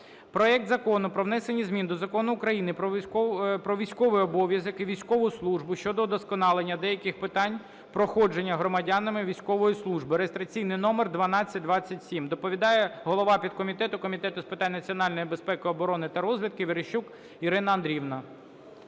Проект Закону про внесення змін до Закону України "Про військовий обов'язок і військову службу" щодо удосконалення деяких питань проходження громадянами військової служби (реєстраційний номер 1227). Доповідає голова підкомітету Комітету з питань національної безпеки, оборони та розвідки Верещук Ірина Андріївна.